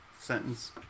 sentence